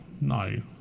no